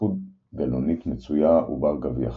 בייחוד גלונית מצויה ובר-גביע חלק.